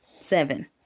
Seven